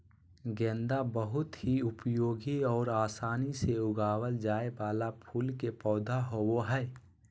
गेंदा बहुत ही उपयोगी और आसानी से उगावल जाय वाला फूल के पौधा होबो हइ